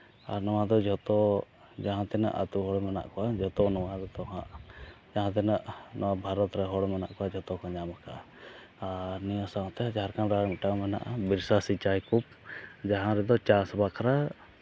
ᱟᱨ ᱱᱚᱣᱟ ᱫᱚ ᱡᱷᱚᱛᱚ ᱡᱟᱦᱟᱸ ᱛᱤᱱᱟᱹᱜ ᱟᱹᱛᱩ ᱦᱚᱲ ᱢᱮᱱᱟᱜ ᱠᱚᱣᱟ ᱡᱚᱛᱚ ᱱᱚᱣᱟ ᱨᱮᱫᱚ ᱦᱟᱸᱜ ᱡᱟᱦᱟᱸ ᱛᱤᱱᱟᱹᱜ ᱱᱚᱣᱟ ᱵᱷᱟᱨᱚᱛ ᱨᱮ ᱦᱚᱲ ᱢᱮᱱᱟᱜ ᱠᱚᱣᱟ ᱡᱚᱛᱚ ᱠᱚ ᱧᱟᱢᱟᱠᱟᱜᱼᱟ ᱟᱨ ᱱᱚᱣᱟ ᱥᱟᱶᱛᱮ ᱡᱷᱟᱲᱠᱷᱚᱸᱰ ᱨᱮᱦᱚᱸ ᱢᱤᱫᱴᱟᱝ ᱢᱮᱱᱟᱜᱼᱟ ᱵᱮᱵᱽᱥᱟᱭ ᱥᱮᱪᱟᱭ ᱠᱚ ᱡᱟᱦᱟᱸ ᱨᱮᱫᱚ ᱪᱟᱥ ᱵᱟᱠᱷᱨᱟ